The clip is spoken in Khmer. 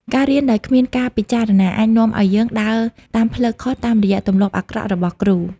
ការរៀនដោយគ្មានការពិចារណា អាចនាំឱ្យយើងដើរតាមផ្លូវខុសតាមរយៈទម្លាប់អាក្រក់របស់គ្រូ។